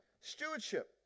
stewardship